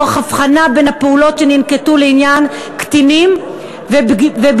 תוך הבחנה בין הפעולות שננקטו לעניין קטינים ובגירים.